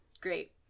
great